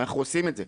ואנחנו עושים את זה.